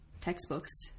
textbooks